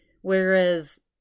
Whereas